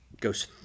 goes